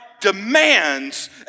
demands